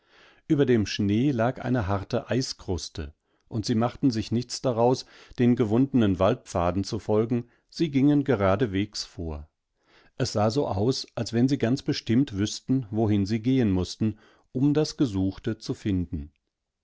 über dem schnee lag eine harte eiskruste und sie machten sich nichts daraus den gewundenen waldpfaden zu folgen sie gingen geradewegs vor es sah so aus als wenn sie ganz bestimmt wüßten wohinsiegehenmußten umdasgesuchtezufinden